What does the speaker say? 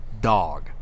Dog